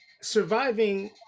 surviving